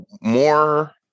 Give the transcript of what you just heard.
more